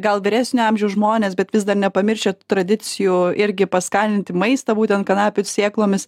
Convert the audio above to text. gal vyresnio amžiaus žmonės bet vis dar nepamiršę tų tradicijų irgi paskaninti maistą būtent kanapių sėklomis